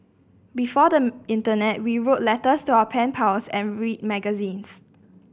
before them internet we wrote letters to our pen pals and read magazines